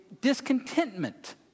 discontentment